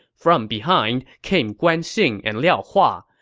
from behind came guan xing and liao hua.